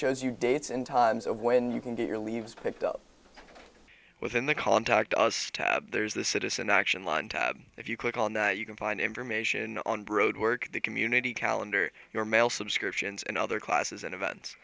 shows you dates and times of when you can get your leaves picked up within the contact us there's the citizen action line if you click on that you can find information on brode work the community calendar your mail subscriptions and other classes and events